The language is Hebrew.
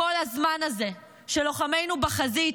בכל הזמן הזה שלוחמים בחזית,